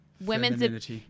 women's